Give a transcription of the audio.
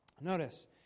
Notice